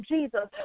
Jesus